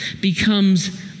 becomes